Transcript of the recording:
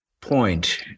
point